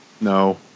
No